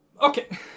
Okay